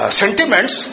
sentiments